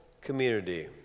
community